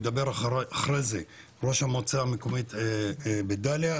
לאחר מכן ידבר ראש המועצה המקומית בדאליה,